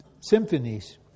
symphonies